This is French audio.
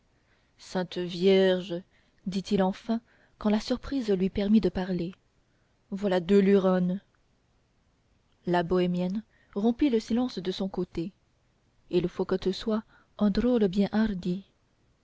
vierge dit-il enfin quand la surprise lui permit de parler voilà deux luronnes la bohémienne rompit le silence de son côté il faut que tu sois un drôle bien hardi